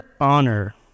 honor